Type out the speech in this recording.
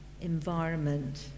environment